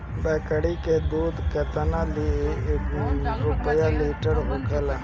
बकड़ी के दूध केतना रुपया लीटर होखेला?